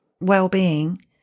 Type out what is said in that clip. well-being